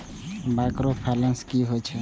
Micro finance कि होई छै?